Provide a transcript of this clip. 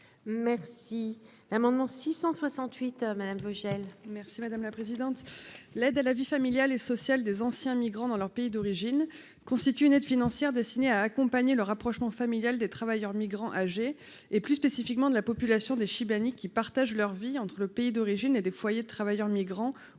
Merci l'amendement 668 madame Vogel.